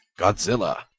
Godzilla